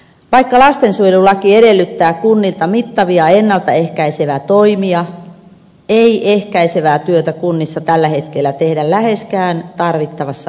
vaikka lastensuojelulaki edellyttää kunnilta mittavia ennalta ehkäiseviä toimia ei ehkäisevää työtä kunnissa tällä hetkellä tehdä läheskään tarvittavassa laajuudessa